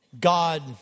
God